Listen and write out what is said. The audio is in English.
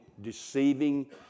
deceiving